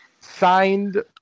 signed